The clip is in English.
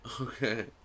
Okay